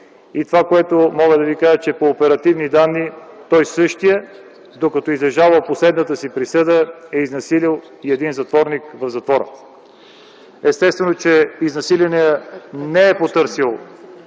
Това, което мога да ви кажа, е, че по оперативни данни той, същият, докато излежавал последната си присъда, е изнасилил и един затворник в затвора. Естествено, че изнасиленият не е потърсил